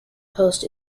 post